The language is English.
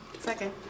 Second